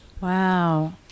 Wow